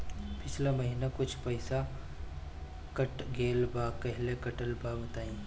पिछला महीना कुछ पइसा कट गेल बा कहेला कटल बा बताईं?